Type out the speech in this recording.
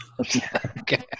okay